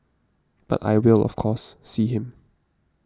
but I will of course see him